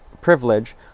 privilege